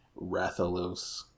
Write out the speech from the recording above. Rathalos